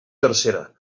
tercera